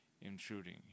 intruding